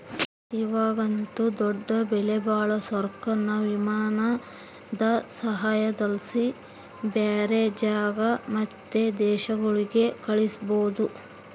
ಇವಾಗಂತೂ ದೊಡ್ಡ ಬೆಲೆಬಾಳೋ ಸರಕುನ್ನ ವಿಮಾನದ ಸಹಾಯುದ್ಲಾಸಿ ಬ್ಯಾರೆ ಜಾಗ ಮತ್ತೆ ದೇಶಗುಳ್ಗೆ ಕಳಿಸ್ಬೋದು